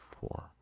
four